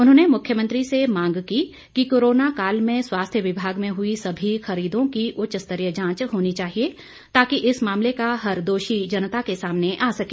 उन्होंने मुख्यमंत्री से मांग की कि कोरोना काल में स्वास्थ्य विभाग में हुई सभी खरीदों की उच्च स्तरीय जांच होनी चाहिए ताकि इस मामले का हर दोषी जनता के सामने आ सके